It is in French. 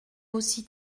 aussi